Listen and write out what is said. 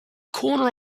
corner